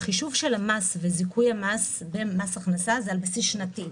החישוב של המס וזיכוי המס במס הכנסה זה על בסיס שנתי.